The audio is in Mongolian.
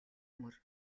мөр